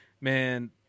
man